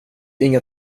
inga